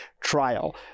trial